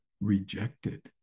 rejected